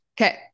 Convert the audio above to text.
okay